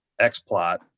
xplot